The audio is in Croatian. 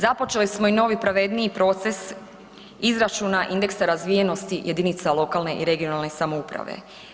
Započeli smo i novi pravedniji proces izračuna indeksa razvijenosti jedinice lokalne i regionalne samouprave.